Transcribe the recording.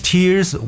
Tears